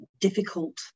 difficult